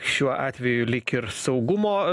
šiuo atveju lyg ir saugumo